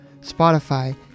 Spotify